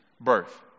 birth